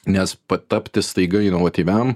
nes tapti staiga inovatyviam